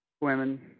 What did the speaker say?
Women